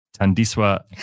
Tandiswa